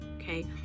Okay